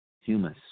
humus